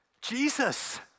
Jesus